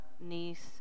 niece